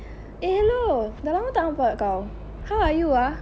eh hello dah lama tak nampak kau how are you ah